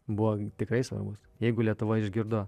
buvo tikrai svarbus jeigu lietuva išgirdo